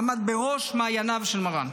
עמד בראש מעייניו של מרן.